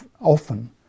often